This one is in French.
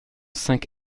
cinq